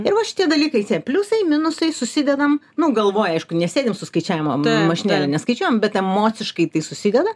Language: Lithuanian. ir va šitie dalykai čia pliusai minusai susidedam nu galvoj aišku nesėdim su skaičiavimo mašinėle neskaičiuojam bet emociškai tai susideda